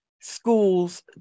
schools